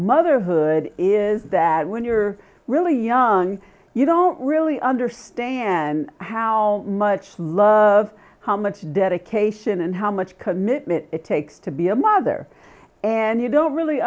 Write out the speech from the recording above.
motherhood is that when you're really young you don't really understand how much love how much dedication and how much commitment it takes to be a mother and you don't really